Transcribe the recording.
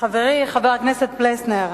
חברי חבר הכנסת פלסנר,